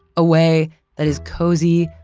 a way that is cozy,